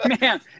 man